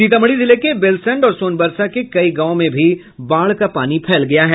सीतामढ़ी जिले के बेलसंड और सोनबरसा के कई गांव में भी बाढ़ का पानी फैल गया है